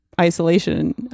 isolation